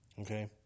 Okay